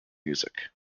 music